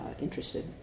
interested